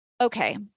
Okay